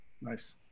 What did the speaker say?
Nice